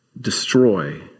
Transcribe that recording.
destroy